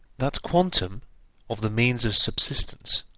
that quantum of the means of subsistence,